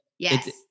Yes